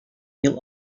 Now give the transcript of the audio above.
yıl